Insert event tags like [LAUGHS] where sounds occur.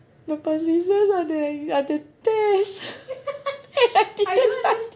lepas recess ada ex~ ada test [LAUGHS] I didn't study